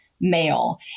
male